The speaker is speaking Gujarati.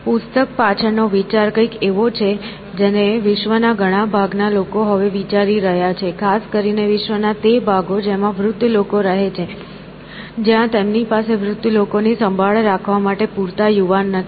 પુસ્તક પાછળનો વિચાર કંઈક એવો છે જેને વિશ્વના ઘણા ભાગ ના લોકો હવે વિચારી રહ્યા છે ખાસ કરીને વિશ્વના તે ભાગો જેમાં વૃદ્ધ લોકો વધારે છે જ્યાં તેમની પાસે વૃદ્ધ લોકોની સંભાળ રાખવા માટે પૂરતા યુવાન નથી